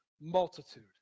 multitude